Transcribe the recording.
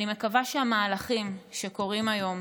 אני מקווה שהמהלכים שקורים היום